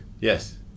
Yes